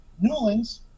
Newlands